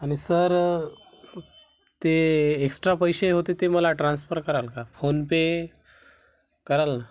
आणि सर ते एक्स्ट्रा पैसे होते ते मला ट्रान्सफर कराल का फोनपे कराल ना